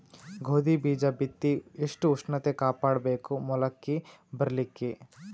ಗೋಧಿ ಬೀಜ ಬಿತ್ತಿ ಎಷ್ಟ ಉಷ್ಣತ ಕಾಪಾಡ ಬೇಕು ಮೊಲಕಿ ಬರಲಿಕ್ಕೆ?